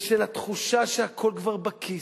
והתחושה שהכול כבר בכיס.